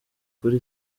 kuri